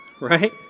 right